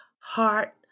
heart